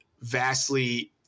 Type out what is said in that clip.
vastly